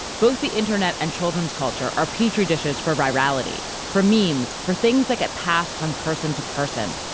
both the internet and children's culture are petri dishes for virality, for memes, for things that get passed from person to person,